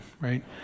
right